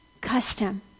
custom